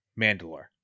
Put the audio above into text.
Mandalore